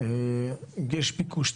יש ביקוש,